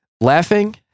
Laughing